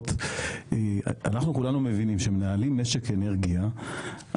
אנחנו כולנו מבינים שכשמנהלים משק אנרגיה,